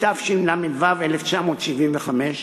התשל"ו 1975,